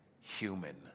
human